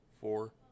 four